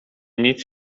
nic